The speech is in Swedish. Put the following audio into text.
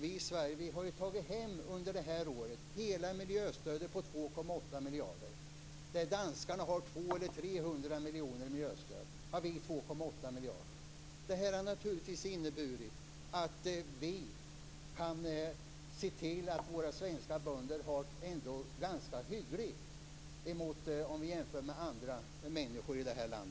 Vi i Sverige har under det här året tagit hem hela miljöstödet på 2,8 miljarder. Där danskarna har 200-300 miljoner i miljöstöd har vi 2,8 miljarder. Det har naturligtvis inneburit att vi kan se till att våra svenska bönder ändå har det ganska hyggligt, även om vi jämför med andra människor i vårt land.